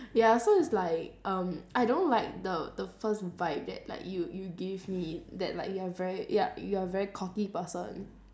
ya so it's like um I don't like the the first vibe that like you you give me that like you are very you are you are a very cocky person